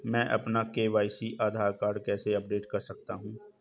मैं अपना e KYC Aadhaar card कैसे अपडेट कर सकता हूँ?